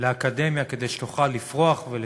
לאקדמיה כדי שתוכל לפרוח ולשגשג.